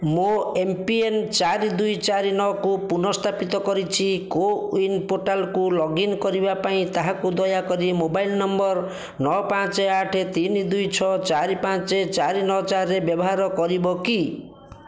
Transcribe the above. ମୋ ଏମ୍ପିନ୍ ଚାରି ଦୁଇ ଚାରି ନଅକୁ ପୁନଃସ୍ଥାପିତ କରିଛି କୋୱିନ୍ ପୋର୍ଟାଲ୍କୁ ଲଗ୍ ଇନ୍ କରିବା ପାଇଁ ତାହାକୁ ଦୟାକରି ମୋବାଇଲ୍ ନମ୍ବର୍ ନଅ ପାଞ୍ଚ ଆଠ ତିନି ଦୁଇ ଛଅ ଚାରି ପାଞ୍ଚ ଚାରି ନଅ ଚାରିରେ ବ୍ୟବହାର କରିବ କି